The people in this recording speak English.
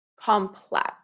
complex